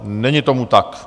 Není tomu tak.